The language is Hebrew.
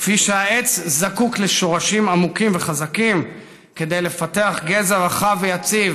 כפי שהעץ זקוק לשורשים עמוקים וחזקים כדי לפתח גזע רחב ויציב,